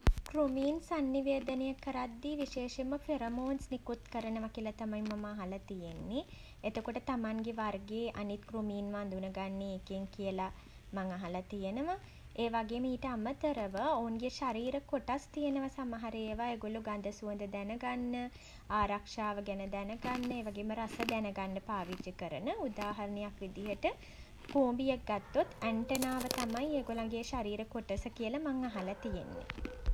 කෘමීන් සන්නිවේදනය කරද්දී විශේෂයෙන්ම ෆෙරමෝන්ස් නිකුත් කරනවා කියලා තමයි මම අහල තියෙන්නෙ. එතකොට තමන්ගේ වර්ගේ අනිත් කෘමීන්ව හඳුනගන්නේ ඒකෙන් කියල මං අහල තියෙනවා. ඒ වගේම ඊට අමතරව ඔවුන්ගේ ශරීර කොටස් තියෙනවා සමහර ඒවා ඒගොල්ලො ගඳ සුවඳ දැන ගන්න ආරක්ෂාව ගැන දැනගන්න ඒ වගේම රස දැන ගන්න පාවිච්චි කරන. උදාහරණයක් විදිහට කූඹියෙක් ගත්තොත් ඇන්ටනාව තමයි ඒගොල්ලන්ගේ ඒ ශරීර කොටස කියල මං අහල තියෙන්නෙ.